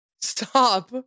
stop